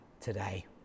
today